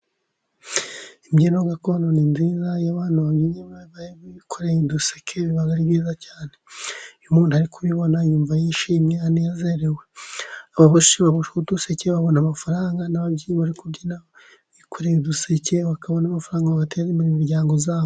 Imbyino gakondo ni nziza iyo abantu babyinnye bikoreye uduseke biba ari byiza cyane, iyo umuntu ari kubibona yumva yishimye anezerewe. Ababoshyi baboha uduseke babona amafaranga n'ababyinnyi bari kubyina bikorereye uduseke bakabona amafaranga bagateza imbere imiryango yabo.